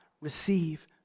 receive